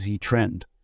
trend